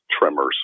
Tremors